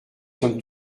sommes